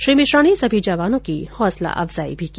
श्री मिश्रा ने सभी जवानों की हौसंला अफजाई भी की